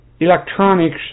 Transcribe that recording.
electronics